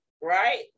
right